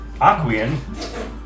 Aquian